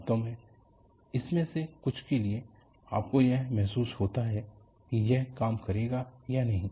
वास्तव में इनमें से कुछ के लिए आपको यह महसूस होता है कि यह काम करेगा या नहीं